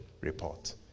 report